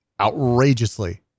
outrageously